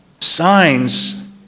Signs